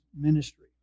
ministry